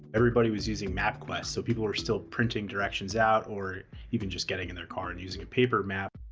everybody was using mapquest, so people are still printing directions out or even just getting in their car and using a paper map.